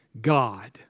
God